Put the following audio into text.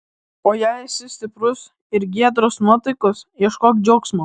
o jei esi stiprus ir giedros nuotaikos ieškok džiaugsmo